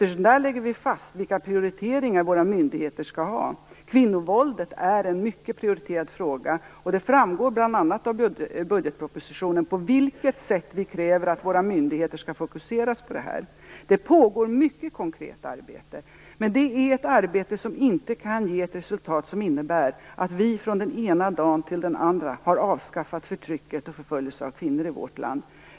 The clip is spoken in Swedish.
Där lägger vi nämligen fast vilka prioriteringar våra myndigheter skall ha. Kvinnovåldet är en mycket prioriterad fråga. Det framgår bl.a. av budgetpropositionen på vilket sätt vi kräver att våra myndigheter skall fokusera det här. Det pågår ett mycket konkret arbete. Men det är ett arbete som inte kan resultera i att vi från den ena dagen till den andra kan avskaffa förtrycket och förföljelsen av kvinnor i vårt land.